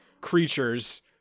creatures